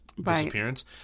disappearance